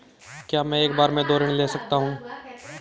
क्या मैं एक बार में दो ऋण ले सकता हूँ?